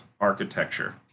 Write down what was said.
architecture